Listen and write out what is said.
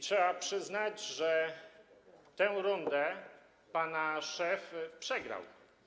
Trzeba przyznać, że tę rundę pana szef przegrał.